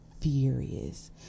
Furious